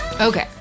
Okay